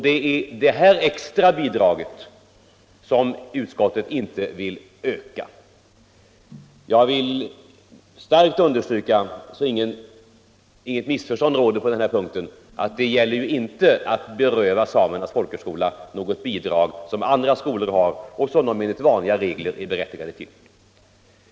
Det är detta extrabidrag som utskottet inte vill öka. Jag vill starkt understryka, så att inget missförstånd skall råda på denna punkt, att det inte är fråga om att beröva Samernas folkhögskola något bidrag som andra skolor har och som den enligt vanliga regler är berättigad till.